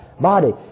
body